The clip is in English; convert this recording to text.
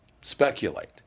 speculate